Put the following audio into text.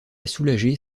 soulager